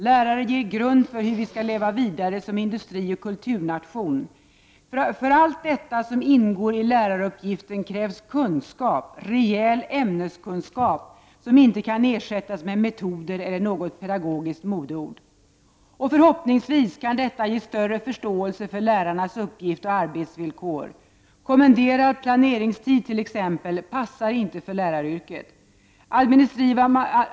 Lärare ger grund för hur vi skall leva vidare som industrioch kulturnation. För allt detta som ingår i läraruppgiften krävs kunskap, rejäl ämneskunskap, som inte kan ersättas med metoder eller något pedagogiskt modeord. Förhoppningsvis kan detta ge större förståelse för lärarnas uppgift och arbetsvillkor. Kommenderad planeringstid t.ex. passar inte för läraryrket.